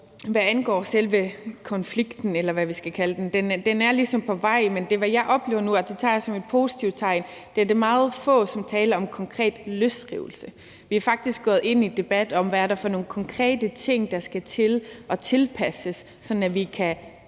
Hvad angår selve konflikten, eller hvad vi skal kalde den, så er den ligesom på vej, men jeg oplever nu – og det tager jeg som et positivt tegn – at det er meget få, som taler om konkret løsrivelse. Vi er faktisk gået ind i en debat om, hvad det er for nogle konkrete ting, der skal til og tilpasses, sådan at vi kan være